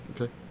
Okay